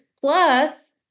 plus